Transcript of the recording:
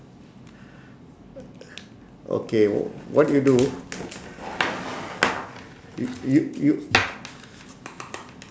okay what you do y~ y~ y~